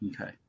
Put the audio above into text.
Okay